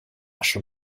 schon